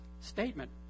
statement